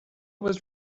was